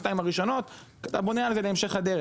שנתיים הראשונות ומונע את זה בהמשך הדרך.